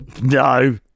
No